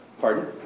Pardon